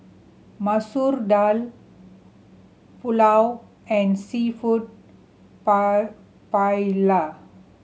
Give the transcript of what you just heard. Masoor Dal Pulao and Seafood Paella